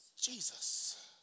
Jesus